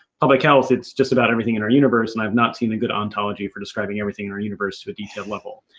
public health, it's just about everything in our universe and i've not seen a good ontology for describing everything in our universe at a detailed level.